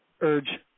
urge